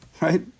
Right